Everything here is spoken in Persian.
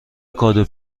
کادو